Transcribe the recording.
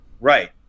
Right